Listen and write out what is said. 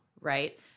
right